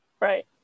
right